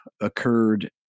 occurred